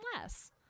less